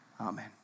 amen